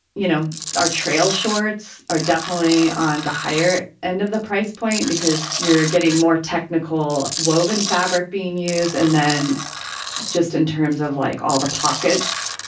you know, our trail shorts are definitely on the higher end of the price point because you're getting more technical woven fabric being used. and then just in terms of like all the pockets,